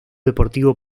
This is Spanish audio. deportivo